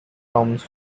comes